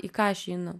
į ką aš einu